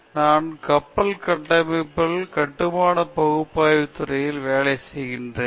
நான் கப்பல் கட்டமைப்புகள் கட்டுமான பகுப்பாய்வு துறையில் வேலை செய்கிறேன்